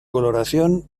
coloración